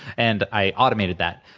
and i automated that,